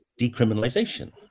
decriminalization